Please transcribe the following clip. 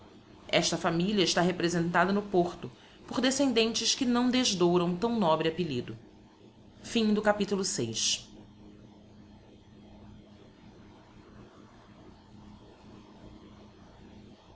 esta familia está representada no porto por descendentes que não desdouram tão nobre appellido não ha